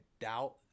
doubt